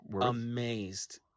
amazed